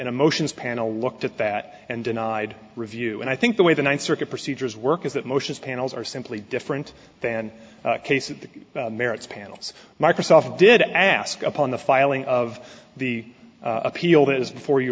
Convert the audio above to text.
a motions panel looked at that and denied review and i think the way the ninth circuit procedures work is that motions panels are simply different than case of the merits panels microsoft did ask upon the filing of the appeal that is before you